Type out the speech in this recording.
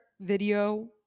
video